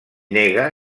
nega